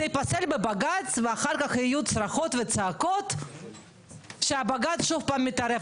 זה ייפסל בבג"צ ואחר כך יהיו צרחות וצעקות שהבג"צ שוב פעם מתערב.